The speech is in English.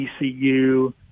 ECU